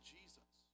Jesus